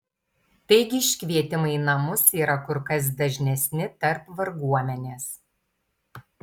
taigi iškvietimai į namus yra kur kas dažnesni tarp varguomenės